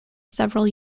several